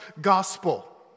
gospel